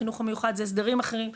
החינוך המיוחד זה הסדרים אחרים,